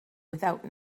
without